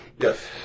Yes